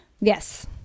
Yes